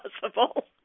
possible